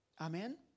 Amen